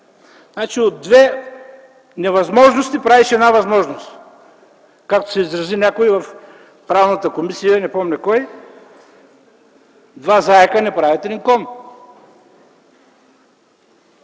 от две невъзможности правиш една възможност. Както се изрази някой в Комисията по правни въпроси, не помня кой – два заека не правят един кон!